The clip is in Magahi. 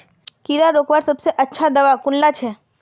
कीड़ा रोकवार सबसे अच्छा दाबा कुनला छे?